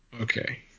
okay